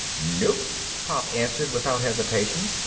nope, pop answered without hesitation,